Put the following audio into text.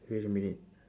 wait a minute